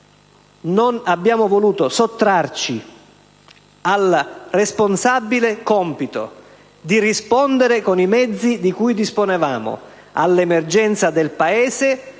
non abbiamo voluto sottrarci al responsabile compito di rispondere con i mezzi di cui disponevamo all'emergenza del Paese,